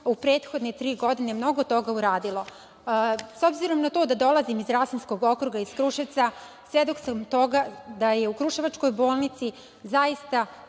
u prethodne tri godine mnogo toga uradilo. S obzirom na to da dolazim iz Rasinskog okruga, iz Kruševca, svedok sam toga da je u Kruševačkoj bolnici zaista